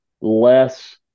less